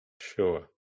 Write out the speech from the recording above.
Sure